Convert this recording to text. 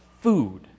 food